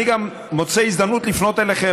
אני גם מוצא הזדמנות לפנות אליכם,